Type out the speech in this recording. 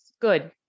good